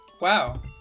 Wow